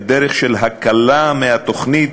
בדרך של הקלה מהתוכנית,